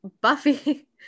Buffy